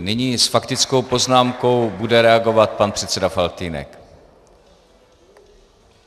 Nyní s faktickou poznámkou bude reagovat pan předseda Faltýnek,